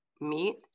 meet